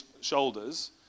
shoulders